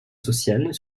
sociales